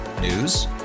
News